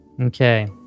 Okay